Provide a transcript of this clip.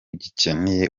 gikeneye